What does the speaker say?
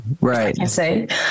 right